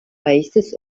races